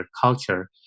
culture